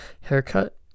Haircut